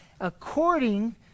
according